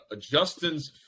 Justin's